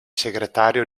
segretario